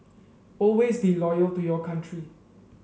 always be loyal to your country